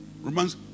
Romans